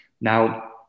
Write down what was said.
Now